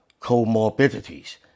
comorbidities